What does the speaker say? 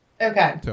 Okay